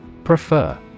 Prefer